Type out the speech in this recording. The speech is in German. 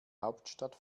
hauptstadt